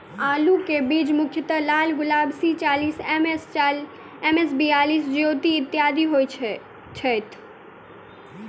आलु केँ बीज मुख्यतः लालगुलाब, सी चालीस, एम.एस बयालिस, ज्योति, इत्यादि होए छैथ?